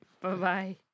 Bye-bye